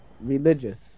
religious